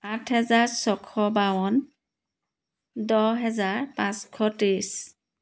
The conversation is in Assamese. আঠ হেজাৰ ছশ বাৱন্ন দহ হেজাৰ পাঁচশ তেইছ